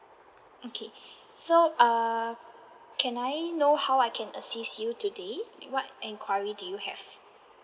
okay so err can I know how I can assist you today what enquiry do you have